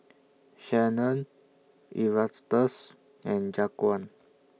Shanon Erastus and Jaquan